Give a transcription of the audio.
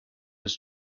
his